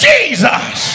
Jesus